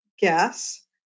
guess